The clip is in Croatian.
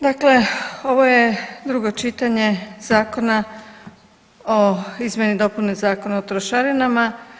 Dakle, ovo je drugo čitanje Zakona o izmjeni i dopuni Zakona o trošarinama.